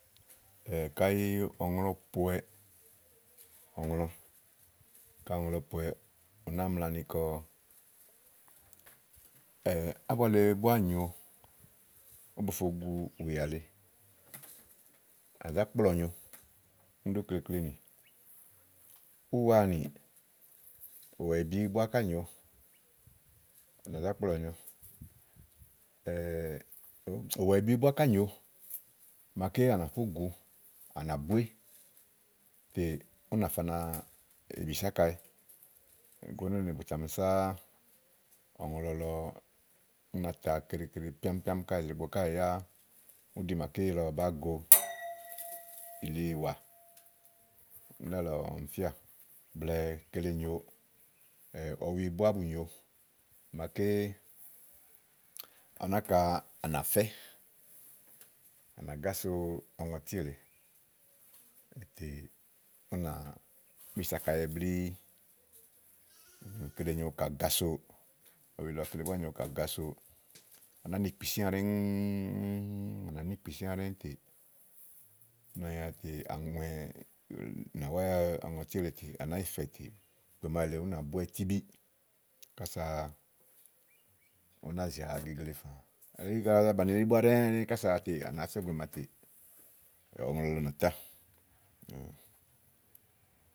kayi ɔ̀ŋlɔ pòowɛ, ɔ̀ŋlɔ, ka ɔ̀ŋlɔ pòowɛ, ù nàáa mla ni kɔ ábua le búá nyòo, ówò bo fo gu ùyà lèe à nà zá kplɔ̀nyo ùwàèbi búá ká nyòo màaké à nà fó gùu, à nà búé tè ú nà fa na bìso ákawɛ ɔ̀ŋlɔ lɔ ú na ta go nélèe ni bù tà mi sá ɔ̀ŋlɔ lɔ ú na ta keɖe keɖe píám píám káèè, ètè yáá, ú ɖi màaké lɔ bàáa go, ìli, ìwà, úni nálɔ̀ɔ ɔmi fíà blɛ̀ɛ kele nyòo ɔwi búá bù nyo màaké, ɔwɔ náka, à nà fɛ́, à nà gáso ɔŋɔtí èle ètè ú nàá bisòo ákawɛ blíí èlè kile nyòo ka à gaso, ɔwi lɔ kele búá nyòo ka à gaso, á nàáa ni kpìsíà ɖɛ́ŋú ù, à nà ní kpìsíà ɖɛ́ŋúútè ka à yatè àŋùɛ̀ nà wáwɛ ɔŋɔtì èle tè à nàá yi fɛ̀ɛ tè ìgbè màawu èle ú nà búwɛ tíbí kása ú náa zì a gegle kayi à gagla bàni elí búá ɖɛ́ɛ́ tè à nàá fía ìgbè màa tè ɔ̀ŋlɔ lɔ nà tá.